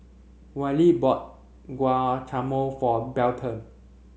Wally bought Guacamole for Belton